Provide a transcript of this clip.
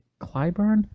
Clyburn